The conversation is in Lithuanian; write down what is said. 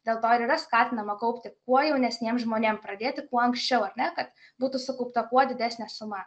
dėl to ir yra skatinama kaupti kuo jaunesniem žmonėm pradėti kuo anksčiau ar ne kad būtų sukaupta kuo didesnė suma